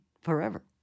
forever